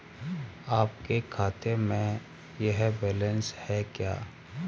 आपके खाते में यह बैलेंस है क्या?